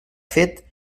fet